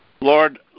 Lord